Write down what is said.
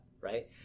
right